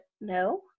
No